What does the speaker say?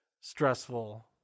stressful